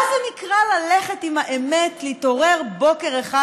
מה זה נקרא ללכת עם האמת, להתעורר בוקר אחד,